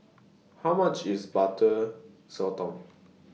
How much IS Butter Sotong